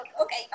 Okay